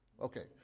Okay